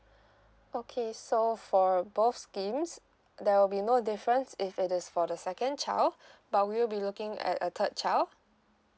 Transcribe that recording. okay so for both schemes there will be no difference if it is for the second child but will you be looking at a third child